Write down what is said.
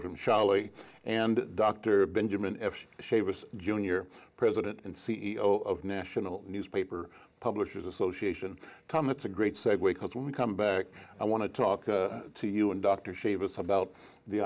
of him shelley and dr benjamin shaver jr president and c e o of national newspaper publishers association tom that's a great segue because when we come back i want to talk to you and dr shave us about the